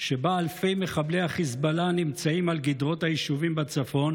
שבה אלפי מחבלי חיזבאללה נמצאים על גדרות היישובים בצפון